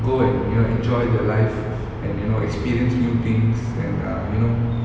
go and you know enjoy their life and you know experience new things and err you know